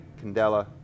candela